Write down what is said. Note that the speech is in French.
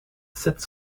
sept